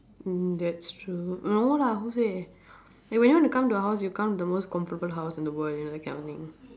that's true no lah who say when you want to come to a house you come to the most comfortable house in the world you know that kind of thing